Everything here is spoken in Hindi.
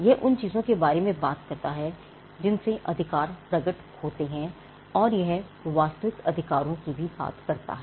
यह उन चीजों के बारे में बात करता है जिनसे अधिकार प्रकट होते हैं और यह वास्तविक अधिकारों की भी बात करता है